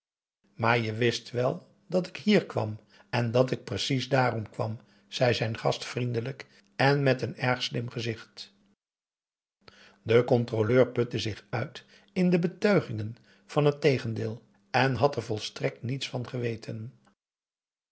maar je wist wel dat ik hier kwam en dat ik precies dààrom kwam zei zijn gast vriendelijk en met een erg slim gezicht de controleur putte zich uit in de betuigingen van het tegendeel hij had er volstrekt niets van geweten